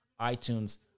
iTunes